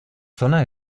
zona